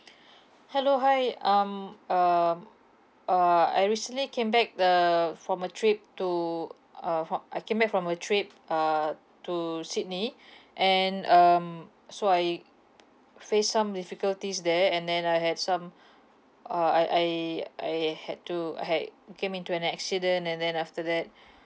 hello hi um um uh I recently came back the from a trip to uh fro~ I came back from a trip uh to sydney and um so I p~ face some difficulties there and then I had some uh I I I had to I had came into an accident and then after that